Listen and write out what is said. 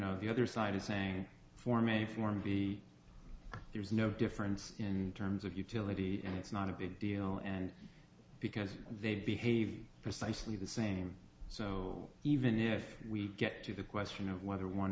know the other side is and form a form of the there is no difference in terms of utility and it's not a big deal and because they behave precisely the same so even if we get to the question of whether one